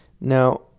Now